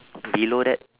below that